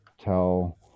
tell